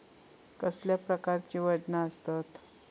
कसल्या प्रकारची वजना आसतत?